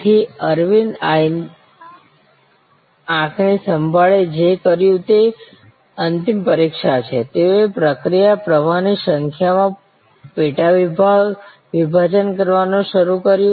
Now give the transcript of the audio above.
તેથી અરવિંદ આંખની સંભાળે જે કર્યું તે અંતિમ પરીક્ષા છે તેઓએ પ્રક્રિયા પ્રવાહની સંખ્યામાં પેટા વિભાજન કરવાનું શરૂ કર્યું